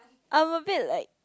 I'm a bit like